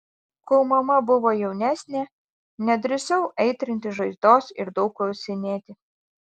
kol mama buvo jaunesnė nedrįsau aitrinti žaizdos ir daug klausinėti